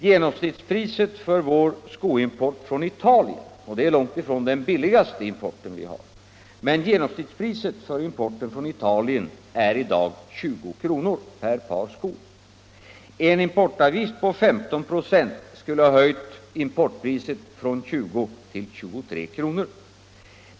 Genomsnittspriset för vår skoimport från Italien — som är långt ifrån den billigaste importen vi har — är i dag 20 kr. per par skor. En importavgift på 15 26 skulle ha höjt importpriset från 20 till 23 kr.